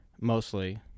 mostly